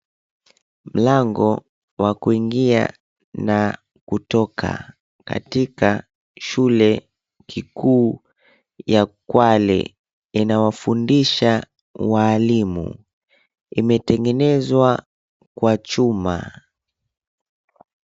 Mlango wa kuingia na kutoka katika shule kikuu ya Kwale inawafundisha walimu. Imetengenezwa kwa chuma.